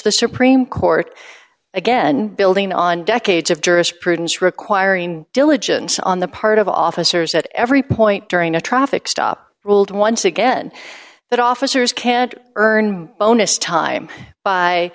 the supreme court again building on decades of jurisprudence requiring diligence on the part of officers at every point during a traffic stop ruled once again that officers can't earn onus time by